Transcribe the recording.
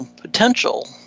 potential